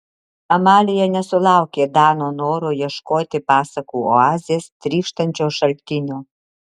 amalija nesulaukė dano noro ieškoti pasakų oazės trykštančio šaltinio